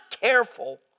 careful